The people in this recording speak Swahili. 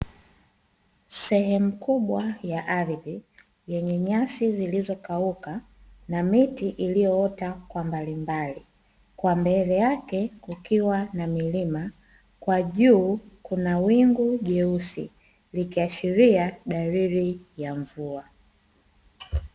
Sehemu kubwa ya ardhi yenye nyasi zilizokauka, na miti iliyoota kwa mbalimbali. Kwa mbele yake kukiwa na milima, kwa juu kuna wingu jeusi likiashiria dalili ya mvua.